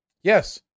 Yes